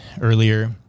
earlier